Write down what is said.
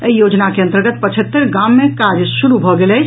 एहि योजना के अंतर्गत पचहत्तरि गाम मे काज शुरू भऽ गेल अछि